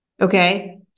Okay